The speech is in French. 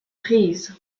prise